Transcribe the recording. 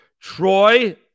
Troy